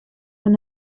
fan